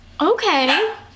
okay